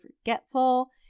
forgetful